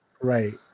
Right